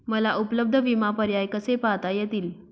मला उपलब्ध विमा पर्याय कसे पाहता येतील?